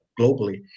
globally